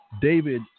David